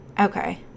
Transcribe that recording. Okay